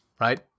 right